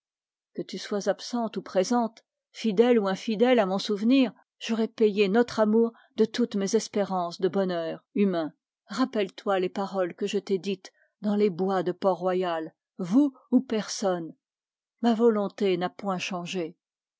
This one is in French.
que tu sois absente ou présente fidèle ou infidèle à mon souvenir j'aurai payé notre amour de toutes mes espérances de bonheur humain rappelle-toi les paroles que je t'ai dites dans les bois de port-royal vous ou personne ma volonté n'a point changé